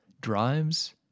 drives